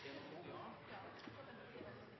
er da